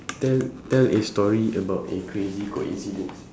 tell tell a story about a crazy coincidence